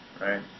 right